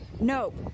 Nope